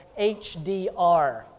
HDR